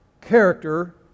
Character